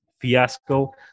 fiasco